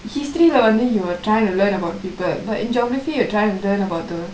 history வந்து:vanthu you will try to learn about people but in geography you are tryingk to learn about the